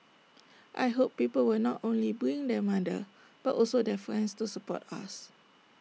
I hope people will not only bring their mother but also their friends to support us